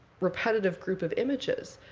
repetitive group of images,